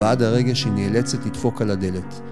ועד הרגש היא נאלצת לתפוק על הדלת.